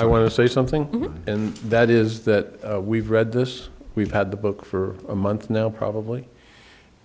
i want to say something that is that we've read this we've had the book for a month now probably